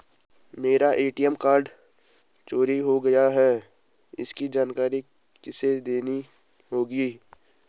मेरा ATM card चोरी हो गया है इसकी जानकारी किसे देनी होगी?